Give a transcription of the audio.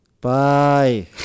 bye